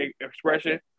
expression